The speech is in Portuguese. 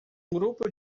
grupo